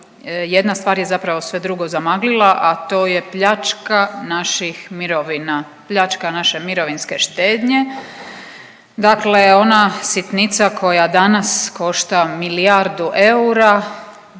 jedna stvar je zapravo sve drugo zamaglila, a to je pljačka naših mirovina, pljačka naše mirovinske štednje, dakle ona sitnica koja danas košta milijardu eura